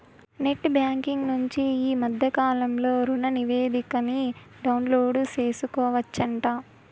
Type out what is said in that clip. net banking నుంచి ఈ మద్దె కాలంలో రుణనివేదికని డౌన్లోడు సేసుకోవచ్చంట